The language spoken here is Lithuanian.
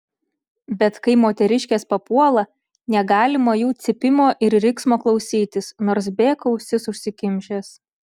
bet kai moteriškės papuola negalima jų cypimo ir riksmo klausytis nors bėk ausis užsikimšęs